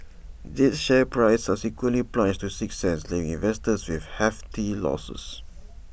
jade's share price subsequently plunged to six cents leaving investors with hefty losses